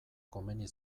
komeni